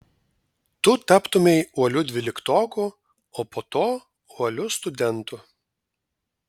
tu taptumei uoliu dvyliktoku o po to uoliu studentu